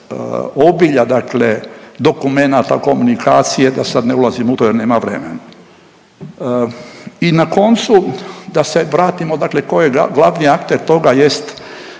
obilja dakle dokumenata, komunikacije da sad ne ulazim u to jer nema vremena. I na koncu da se vratimo dakle tko je glavni akter toga jest